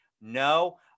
no